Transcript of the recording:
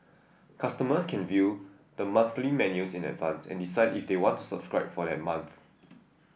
customers can view the monthly menus in advance and decide if they want to subscribe for that month